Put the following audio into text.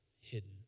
hidden